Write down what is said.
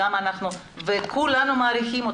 וכולם מעריכים,